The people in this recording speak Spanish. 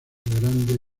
grande